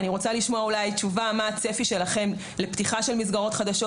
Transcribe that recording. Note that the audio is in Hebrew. אני רוצה לשמוע תשובה מה הצפי שלכם לפתיחה של מסגרות חדשות,